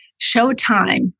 Showtime